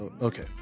Okay